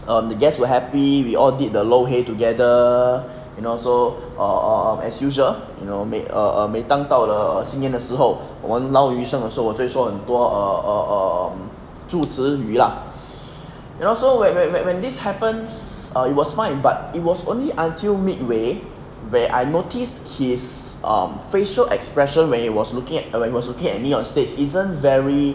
um the guests were happy we all did the lo hei together and also err um um as usual you know 每 err err 每当到了新年的时候我们捞鱼生的时候我就会说很多 err err um 祝词语 lah you know so when when when this happens it was fine but it was only until midway where I noticed his um facial expression when he was looking at me on stage isn't very